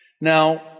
Now